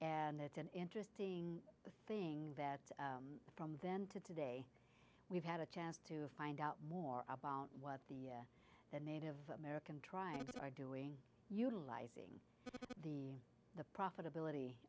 and it's an interesting thing that from then to today we've had a chance to find out more about what the native american tribes are doing utilizing the profitability